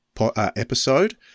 episode